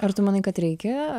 ar tu manai kad reikia